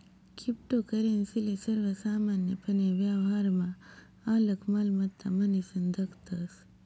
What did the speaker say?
cryptocurrency ले सर्वसामान्यपने व्यवहारमा आलक मालमत्ता म्हनीसन दखतस